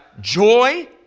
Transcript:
joy